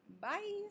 Bye